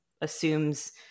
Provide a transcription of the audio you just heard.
assumes